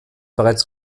bereits